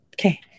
okay